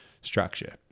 structure